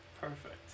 Perfect